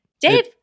Dave